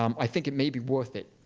um i think it may be worth it.